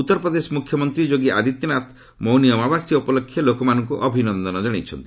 ଉତ୍ତରପ୍ରଦେଶ ମୁଖ୍ୟମନ୍ତ୍ରୀ ଯୋଗୀ ଆଦିତ୍ୟନାଥ ମୌନି ଅମାବାସ୍ୟା ଉପଲକ୍ଷେ ଲୋକମାନଙ୍କୁ ଅଭିନନ୍ଦନ କଣାଇଛନ୍ତି